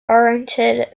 oriented